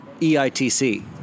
EITC